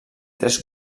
tres